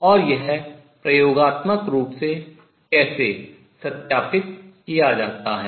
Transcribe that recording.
और यह प्रयोगात्मक रूप से कैसे सत्यापित किया जाता है